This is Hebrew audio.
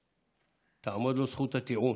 תעמוד לו זכות הטיעון.